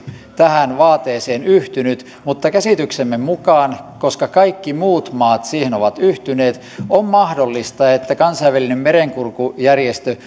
tähän vaateeseen yhtynyt mutta käsityksemme mukaan koska kaikki muut maat siihen ovat yhtyneet on mahdollista että kansainvälinen merenkulkujärjestö